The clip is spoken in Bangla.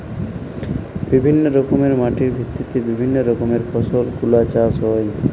বিভিল্য রকমের মাটি যার ভিত্তিতে বিভিল্য রকমের ফসল গুলা চাষ হ্যয়ে